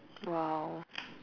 !wow!